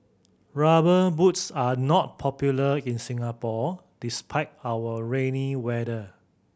Rubber Boots are not popular in Singapore despite our rainy weather